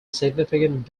significant